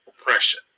oppression